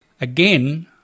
Again